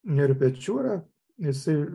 nerių pečiūra jisai